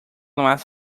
más